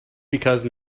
because